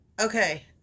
okay